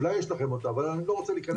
אולי יש לכם אותה אבל אני לא רוצה להיכנס לזה.